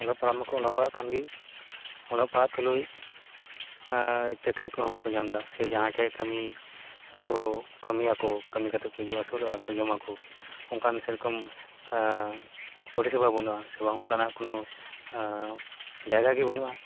ᱚᱞᱚᱜ ᱯᱟᱲᱦᱟᱜ ᱢᱟᱠᱚ ᱚᱞᱚᱜ ᱯᱟᱲᱦᱟᱜᱠᱟᱱ ᱜᱮ ᱚᱞᱚᱜ ᱯᱟᱲᱦᱟᱜ ᱛᱩᱞᱩᱡ ᱪᱟᱹᱠᱨᱤᱠᱚ ᱦᱚᱸ ᱵᱟᱠᱚ ᱧᱟᱢᱮᱫᱟ ᱥᱮ ᱡᱟᱦᱟᱸᱭ ᱴᱷᱮᱡ ᱠᱟᱹᱢᱤ ᱟᱠᱚ ᱠᱟᱹᱢᱤᱭᱟᱠᱚ ᱠᱟᱹᱢᱤ ᱠᱟᱛᱮᱠᱚ ᱡᱚᱢ ᱟᱹᱥᱩᱞᱚᱜᱼᱟ ᱠᱚ ᱡᱚᱢᱟᱠᱚ ᱚᱱᱠᱟᱱ ᱥᱮᱨᱚᱠᱚᱢ ᱯᱚᱨᱤᱥᱮᱵᱟ ᱵᱟᱹᱱᱩᱜᱼᱟ ᱥᱮ ᱵᱟᱝ ᱚᱱᱠᱟᱱᱟ ᱠᱳᱱᱳ ᱡᱟᱭᱜᱟᱜᱮ ᱵᱟᱹᱱᱩᱜᱼᱟ